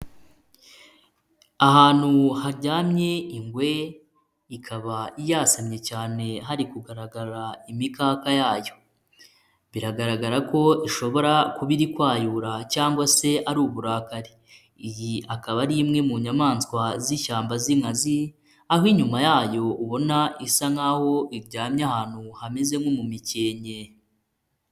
Ahantu hajyamye ingwe, ikaba yasamye cyane hari kugaragara imikaka yayo. Biragaragara ko ishobora kuba iri kwayura, cyangwa se ari uburakari. Iyi akaba ari imwe mu nyamaswa z'ishyamba z'inkazi, aho inyuma yayo ubona isa nk'aho iryamye ahantu hameze nko mu mikenke.